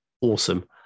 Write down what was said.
awesome